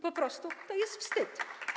Po prostu to jest wstyd.